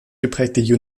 geprägte